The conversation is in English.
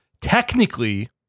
technically